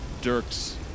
Dirk's